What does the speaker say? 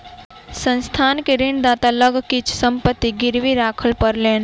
संस्थान के ऋणदाता लग किछ संपत्ति गिरवी राखअ पड़लैन